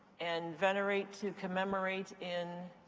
and venerate to commemorate in